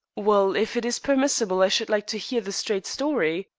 well, if it is permissible, i should like to hear the straight story.